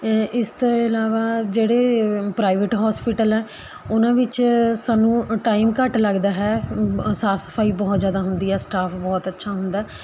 ਇ ਇਸ ਤੋਂ ਇਲਾਵਾ ਜਿਹੜੇ ਪ੍ਰਾਈਵੇਟ ਹੋਸਪਿਟਲ ਹੈ ਉਹਨਾਂ ਵਿੱਚ ਸਾਨੂੰ ਟਾਈਮ ਘੱਟ ਲੱਗਦਾ ਹੈ ਸਾਫ ਸਫਾਈ ਬਹੁਤ ਜ਼ਿਆਦਾ ਹੁੰਦੀ ਹੈ ਸਟਾਫ ਬਹੁਤ ਅੱਛਾ ਹੁੰਦਾ